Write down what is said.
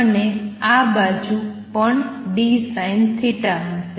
અને આ બાજુ પણ dSinθ હશે